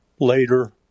later